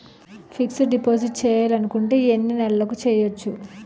Fixed deposit చేయాలి అనుకుంటే ఎన్నే నెలలకు చేయొచ్చు?